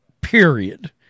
Period